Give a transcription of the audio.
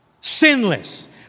Sinless